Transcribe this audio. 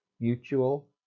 mutual